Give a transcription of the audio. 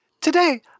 Today